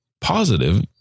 positive